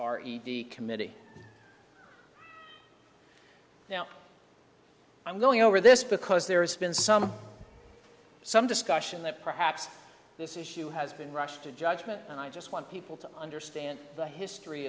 the committee now i'm going over this because there has been some some discussion that perhaps this issue has been rushed to judgment and i just want people to understand the history